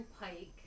pike